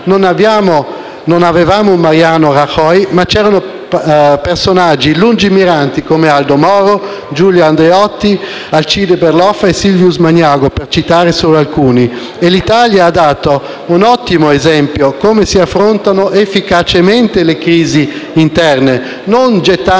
non avevamo un Mariano Rajoy, ma c'erano personaggi lungimiranti come Aldo Moro, Giulio Andreotti, Alcide Berloffa e Silvius Magnago, per citarne solo alcuni, e l'Italia ha dato un ottimo esempio di come si affrontano efficacemente le crisi interne: non gettando